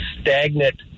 stagnant